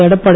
Edappadi